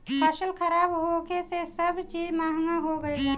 फसल खराब होखे से सब चीज महंगा हो गईल बा